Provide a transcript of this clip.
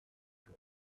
your